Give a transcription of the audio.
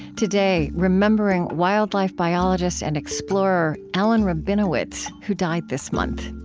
today, remembering wildlife biologist and explorer alan rabinowitz, who died this month